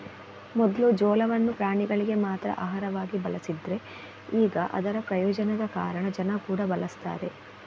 ಮೊದ್ಲು ಜೋಳವನ್ನ ಪ್ರಾಣಿಗಳಿಗೆ ಮಾತ್ರ ಆಹಾರವಾಗಿ ಬಳಸ್ತಿದ್ರೆ ಈಗ ಅದರ ಪ್ರಯೋಜನದ ಕಾರಣ ಜನ ಕೂಡಾ ಬಳಸ್ತಾರೆ